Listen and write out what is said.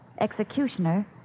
Executioner